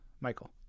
Michael